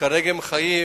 וכרגע הם חיים